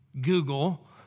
Google